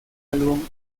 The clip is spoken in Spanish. álbum